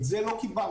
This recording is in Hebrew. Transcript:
את זה לא קיבלנו.